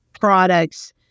products